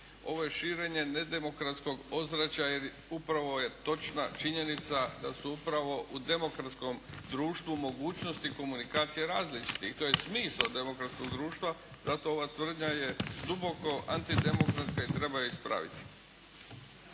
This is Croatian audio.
Ovo je širenje nedemokratskog ozračja jer upravo je točna činjenica da su upravo u demokratskom društvu mogućnosti komunikacije različiti i to je smisao demokratskog društva. Zato ova tvrdnja je duboko anti demokratska i treba je ispraviti.